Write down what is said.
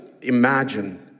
imagine